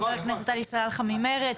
חבר הכנסת עלי סלאלחה ממרצ,